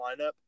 lineup